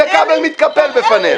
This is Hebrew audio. וכבל מתקפל בפניהם.